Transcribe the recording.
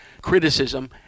criticism